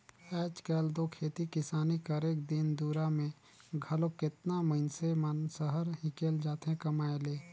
आएज काएल दो खेती किसानी करेक दिन दुरा में घलो केतना मइनसे मन सहर हिंकेल जाथें कमाए ले